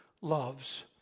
loves